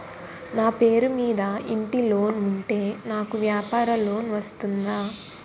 నా పేరు మీద ఇంటి లోన్ ఉంటే నాకు వ్యాపార లోన్ వస్తుందా?